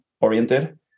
oriented